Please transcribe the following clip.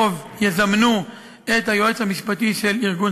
יזמנו בקרוב את היועץ המשפטי של ארגון